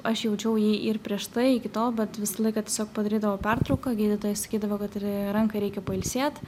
aš jaučiau jį ir prieš tai iki tol bet visą laiką tiesiog padarydavau pertrauką gydytojai sakydavo kad ir rankai reikia pailsėt